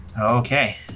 Okay